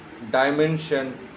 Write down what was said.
dimension